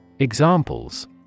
Examples